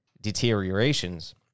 deteriorations